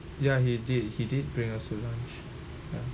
ya he did he did bring us to lunch ya